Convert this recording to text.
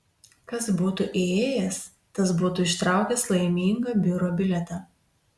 kas būtų įėjęs tas būtų ištraukęs laimingą biuro bilietą